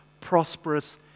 prosperous